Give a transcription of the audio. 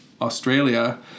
Australia